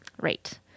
Right